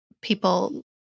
people